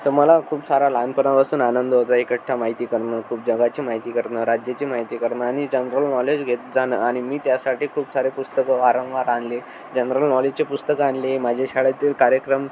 तर मला खूप सारा लहानपणापासून आनंद होतो इकठ्ठा माहिती करणं खूप जगाची माहिती करणं राज्याची माहिती करणं आणि जनरल नॉलेज घेत जाणं आणि मी त्यासाठी खूप सारे पुस्तकं वारंवार आणली जनरल नॉलेजची पुस्तकं आणली माझ्या शाळेतील कार्यक्रम